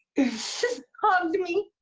just hugged me.